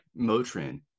Motrin